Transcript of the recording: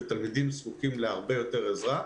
ותלמידים זקוקים להרבה יותר עזרה.